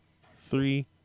three